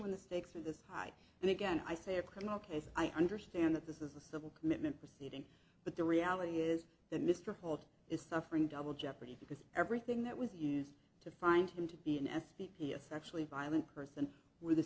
when the stakes are this high and again i say it cannot as i understand that this is a civil commitment proceeding but the reality is that mr holt is suffering double jeopardy because everything that was used to find him to be an s p p a sexually violent person were the